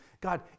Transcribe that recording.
God